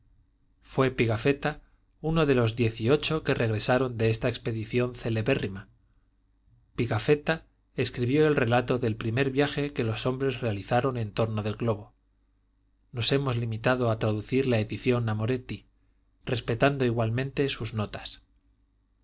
trinidad fué pigafetta uno de los diez y ocho que regresaron de esta expedición celebérrima pigafetta escribió el relato del primer viaje que los hombres realizaran en tomo del globo nos hemos limitado a traducir la edición amoretti respetando igualmente sus notas